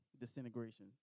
Disintegration